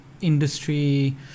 industry